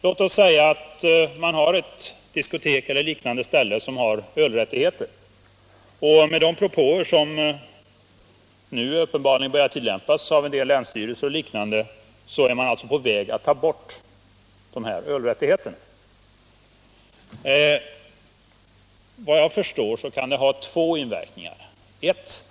För t.ex. ett diskotek och liknande ställen med ölrättigheter kan det med de nya principer som nu uppenbarligen börjar tillämpas av en del länsstyrelser och andra organ bli aktuellt att man avskaffar dessa rättigheter. Vad jag förstår kan det inverka på två sätt.